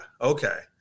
okay